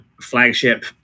flagship